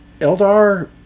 Eldar